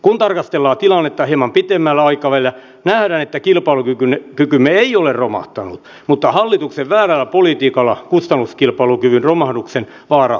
kun tarkastellaan tilannetta hieman pidemmällä aikavälillä nähdään että kilpailukykymme ei ole romahtanut mutta hallituksen väärällä politiikalla kustannuskilpailukyvyn romahduksen vaara kyllä kasvaa